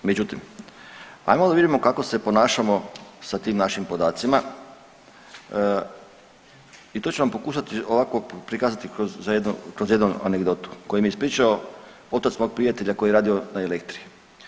Međutim, ajmo da vidimo kako se ponašamo sa tim našim podacima i to ću vam pokušati ovako prikazati kroz jednu anegdotu koju mi je ispričao otac mog prijatelja koji je radi na Elektri.